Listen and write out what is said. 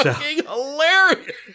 hilarious